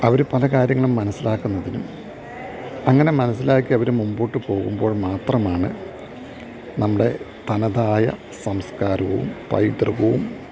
അവര് പല കാര്യങ്ങളും മനസ്സിലാക്കുന്നതിനും അങ്ങനെ മനസ്സിലാക്കിയവര് മുന്പോട്ടു പോകുമ്പോൾ മാത്രമാണ് നമ്മുടെ തനതായ സംസ്കാരവും പൈതൃകവും